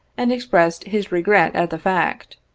and expressed his regret at the fact.